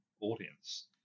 audience